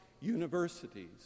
universities